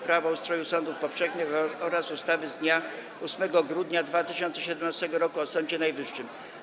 Prawo o ustroju sądów powszechnych oraz ustawy z dnia 8 grudnia 2017 roku o Sądzie Najwyższym.